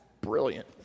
brilliant